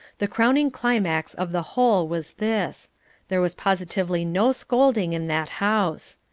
the crowning climax of the whole was this there was positively no scolding in that house.